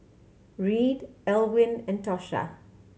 Reid Elwyn and Tosha